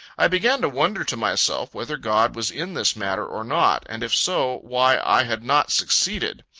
i began to wonder to myself, whether god was in this matter, or not and if so, why i had not succeeded.